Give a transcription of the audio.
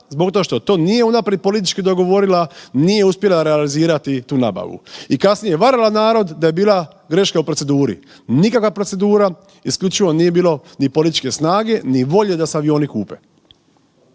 zbog toga što to nije unaprijed politički dogovorila, nije uspjela realizirati tu nabavu. I kasnije varala narod da je bila greška u proceduri, nikakva procedura. Isključivo nije bilo ni političke snage, ni volje da se avioni kupe.